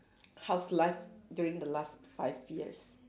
hows life during the last five years